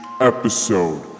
episode